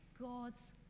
God's